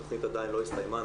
התכנית עדיין לא הסתיימה.